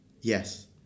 Yes